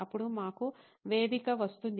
అప్పుడు మాకు వేదిక వస్తుంది